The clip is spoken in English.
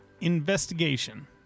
investigation